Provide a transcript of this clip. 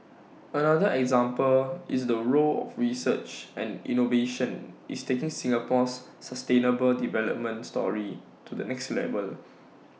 another example is the role of research and innovation is taking Singapore's sustainable development story to the next level